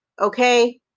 okay